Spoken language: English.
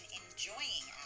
enjoying